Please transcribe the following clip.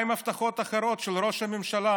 מה עם הבטחות אחרות של ראש הממשלה?